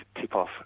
tip-off